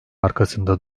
arkasında